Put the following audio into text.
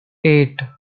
eight